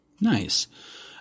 Nice